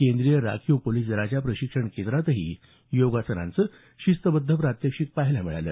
केंद्रीय राखीव पोलिस दलाच्या प्रशिक्षण केंद्रातही योगासनांचं शिस्तबद्ध प्रात्यक्षिक पहायला मिळालं